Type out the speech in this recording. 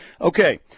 Okay